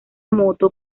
moto